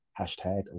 hashtag